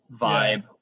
vibe